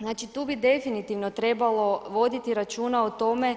Znači tu bi definitivno trebalo voditi računa o tome,